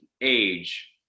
age